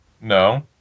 No